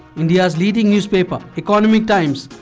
indias leading news paper, economic times,